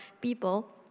people